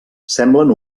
semblen